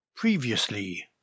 Previously